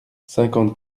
cinquante